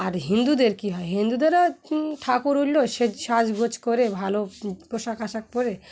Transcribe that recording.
আর হিন্দুদের কী হয় হিন্দুদেরও ঠাকুর উঠলো সে সাজ গোজ করে ভালো পোশাক আশাক পরে